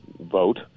vote